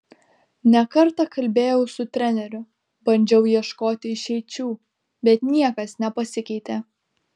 ne kartą kalbėjau su treneriu bandžiau ieškoti išeičių bet niekas nepasikeitė